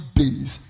days